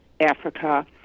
Africa